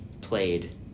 played